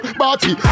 party